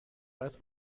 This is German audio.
weiß